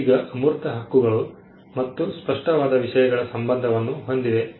ಈಗ ಅಮೂರ್ತ ಹಕ್ಕುಗಳು ಮತ್ತು ಸ್ಪಷ್ಟವಾದ ವಿಷಯಗಳ ಸಂಬಂಧವನ್ನು ಹೊಂದಿವೆ